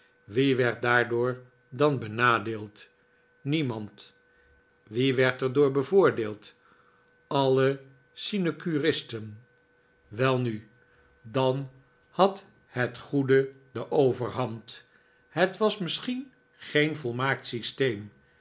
wie werd daardoor dan benadeeld niemand wie werd er door bevoordeeld alle sinecuristen welnu dan had het goede de overhand het was misschien geen volmaakt systeem